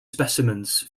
specimens